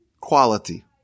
quality